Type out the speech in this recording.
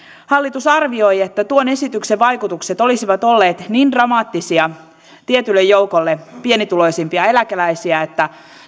hallitus arvioi että tuon esityksen vaikutukset olisivat olleet niin dramaattisia tietylle joukolle pienituloisimpia eläkeläisiä että